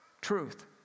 truth